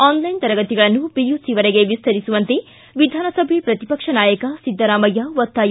online ತರಗತಿಗಳನ್ನು ಪಿಯುಸಿವರೆಗೆ ವಿಸ್ತರಿಸುವಂತೆ ವಿಧಾನಸಭೆ ಪ್ರತಿಪಕ್ಷ ನಾಯಕ ಸಿದ್ದರಾಮಯ್ಯ ಒತ್ತಾಯ